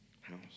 house